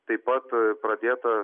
taip pat pradėta